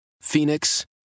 Phoenix